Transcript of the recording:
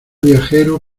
viajero